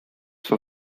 for